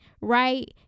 right